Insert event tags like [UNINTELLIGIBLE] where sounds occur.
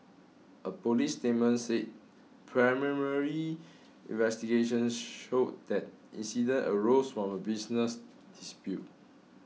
a police statement said [UNINTELLIGIBLE] investigations showed that incident arose from a business dispute